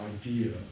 idea